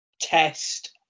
Test